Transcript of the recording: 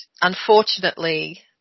Unfortunately